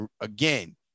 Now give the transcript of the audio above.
again